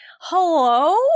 hello